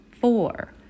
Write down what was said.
Four